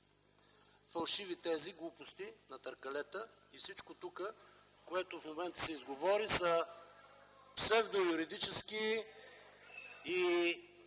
Фалшиви тези, глупости на търкалета и всичко тук, което в момента се изговори са псевдоюридически